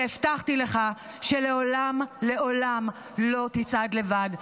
והבטחתי לך שלעולם, לעולם, לא תצעד לבד.